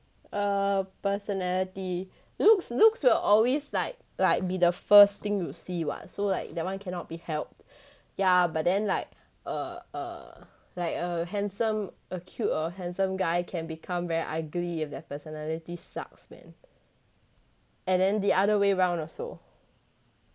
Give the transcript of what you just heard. err personality looks looks will always like like be the first thing you see what so like that one cannot be helped ya but then like err err err like err handsome a cute or handsome guy can become very ugly if their personality sucks man and then the other way round also